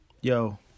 yo